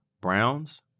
browns